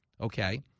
Okay